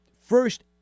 first